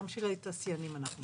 גם של התעשיינים אנחנו בודקים.